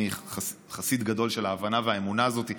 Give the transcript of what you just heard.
אני חסיד גדול של ההבנה והאמונה הזאת.